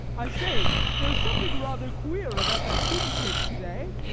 i say, there's something rather queer about that guinea-pig to-day.